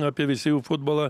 apie veisiejų futbolą